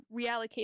reallocate